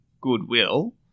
goodwill